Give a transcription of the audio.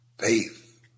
Faith